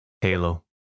halo